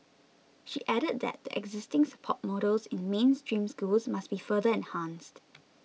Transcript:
she added that the existing support models in mainstream schools must be further enhanced